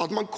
at man